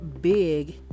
big